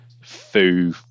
Foo